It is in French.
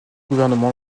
gouvernement